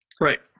right